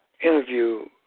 interview